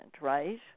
right